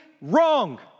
wrong